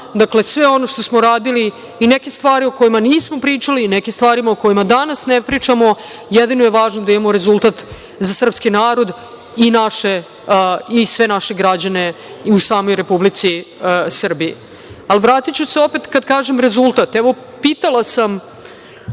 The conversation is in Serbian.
nama, sve ono što smo radili i neke stvari o kojima nismo pričali, neke stvari o kojima danas ne pričamo, jedino je važno da imamo rezultat za srpski narod i sve naše građane u samo Republici Srbiji. Vratiću se opet, kada kažem rezultat, evo, pitala sam,